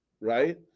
Right